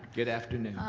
good afternoon.